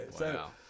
Wow